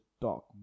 talk